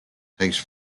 takes